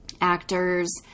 actors